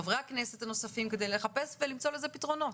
חברי הכנסת הנוספים כדי לחפש ולמצוא לזה פתרונות.